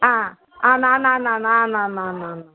ആ ആണ് ആണ് ആണ് ആണ് ആണ് ആണ് ആണ് ആണ്